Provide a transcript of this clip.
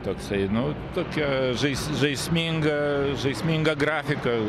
toksai nu tokia žais žaisminga žaisminga grafika